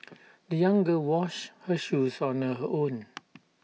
the young girl washed her shoes on her own